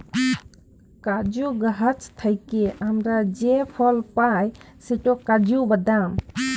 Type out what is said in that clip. কাজু গাহাচ থ্যাইকে আমরা যে ফল পায় সেট কাজু বাদাম